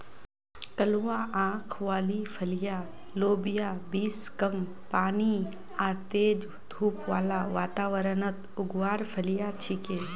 कलवा आंख वाली फलियाँ लोबिया बींस कम पानी आर तेज धूप बाला वातावरणत उगवार फलियां छिके